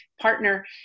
partner